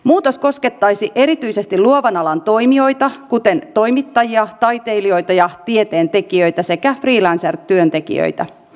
muutos koskettaisi erityisesti luovan alan toimijoita kuten toimittajia taiteilijoita ja tieteentekijöitä sekä freelancertyöntekijöitä